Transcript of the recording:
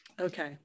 Okay